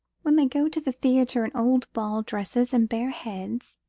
when they go to the theatre in old ball-dresses and bare heads.